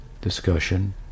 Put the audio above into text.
discussion